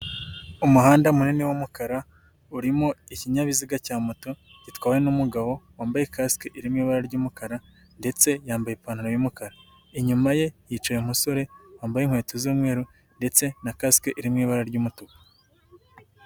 Umuhanda munini w'umukara urimo ikinyabiziga cya moto gitwawe n'umugabo wambaye kasike iri mu ibara ry'umukara ndetse yambaye ipantaro y'umukara, inyuma ye hicaye umusore wambaye inkweto z'umweru ndetse na kasike iri mu ibara ry'umutuku.